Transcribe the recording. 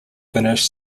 finish